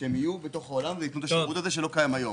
שייתנו את השירות הזה שלא קיים כיום.